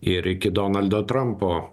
ir iki donaldo trampo